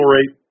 rate